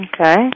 Okay